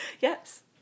Yes